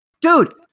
dude